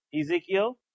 Ezekiel